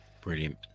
Brilliant